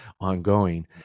ongoing